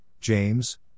James